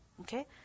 Okay